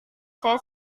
saya